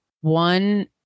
one